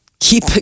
keep